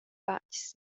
fatgs